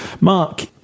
Mark